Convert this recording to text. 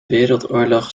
wereldoorlog